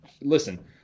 listen